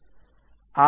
આ P1 છે